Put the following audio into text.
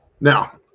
Now